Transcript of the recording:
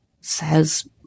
says